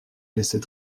laissait